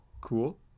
Cool